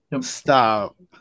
Stop